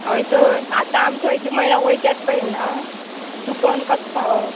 हय तर आतां आमी थंयची म्हणल्यार वयचेत पडलें ना चुकोन कसो पाव